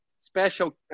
special